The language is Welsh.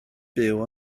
byw